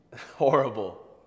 horrible